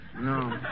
No